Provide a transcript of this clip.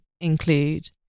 Include